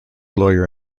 lawyer